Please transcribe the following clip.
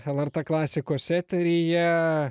lrt klasikos eteryje